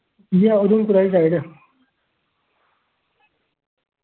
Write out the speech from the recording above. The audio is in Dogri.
इ'यै उधमपुर आह्ली साइड